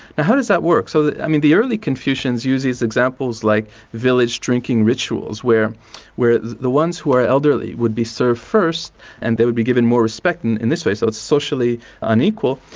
now how does that work? so i mean the early confucians use these examples like village drinking rituals where where the ones who are elderly would be served first and they would be given more respect in in this way. so it's socially unequal,